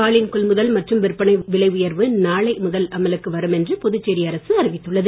பாலின் கொள்முதல் மற்றும் விற்பனை விலை உயர்வு நாளை முதல் அமலுக்கு வரும் என்று புதுச்சேரி அரசு அறிவித்துள்ளது